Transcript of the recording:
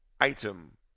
item